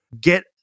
Get